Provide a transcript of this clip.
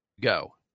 go